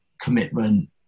commitment